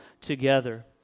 together